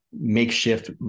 makeshift